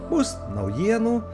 bus naujienų